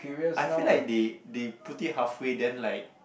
I feel like they they put it halfway then like